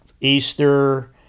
Easter